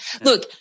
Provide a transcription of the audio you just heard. Look